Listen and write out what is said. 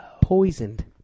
Poisoned